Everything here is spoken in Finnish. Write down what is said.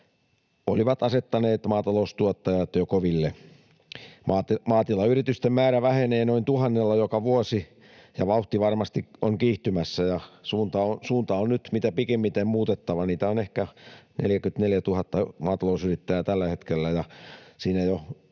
ovat asettaneet maataloustuottajat koville. Maatilayritysten määrä vähenee noin tuhannella joka vuosi, ja vauhti varmasti on kiihtymässä, ja suunta on nyt mitä pikimmiten muutettava. Maatalousyrittäjiä on ehkä 44 000 tällä hetkellä. Siinä jo